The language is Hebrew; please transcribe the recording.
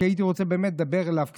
כי הייתי רוצה לדבר אליו קצת,